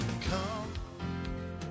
Come